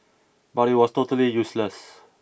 but it was totally useless